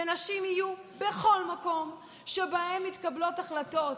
ונשים יהיו בכל המקומות שבהם מתקבלות החלטות.